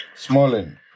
Smalling